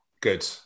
good